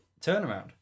turnaround